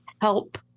help